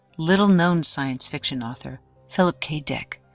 little-known science fiction author philip k. dick,